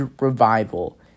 revival